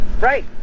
Right